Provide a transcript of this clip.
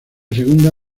segunda